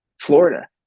florida